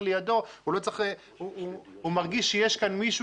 לידו הוא לא צריך ל הוא מרגיש שיש כאן מישהו